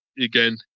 again